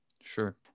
Sure